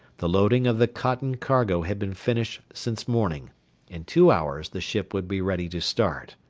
the loading of the cotton cargo had been finished since morning in two hours the ship would be ready to start.